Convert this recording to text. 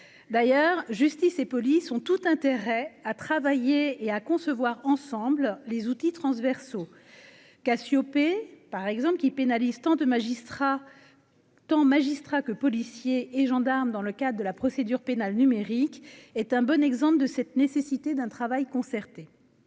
d'ailleurs, justice et police ont tout intérêt à travailler et à concevoir ensemble les outils transversaux Cassiopée, par exemple, qui pénalise tant de magistrats temps magistrats que policiers et gendarmes dans le cadre de la procédure pénale numérique est un bon exemple de cette nécessité d'un travail concerté,